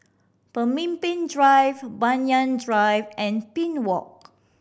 Pemimpin Drive Banyan Drive and Pine Walk